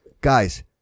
Guys